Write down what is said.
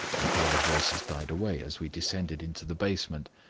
and here the voices died away as we descended into the basement.